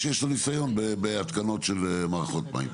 שיש לו ניסיון בהתקנות של מערכות מים.